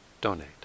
donate